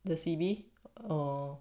the C_B_A